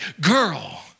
girl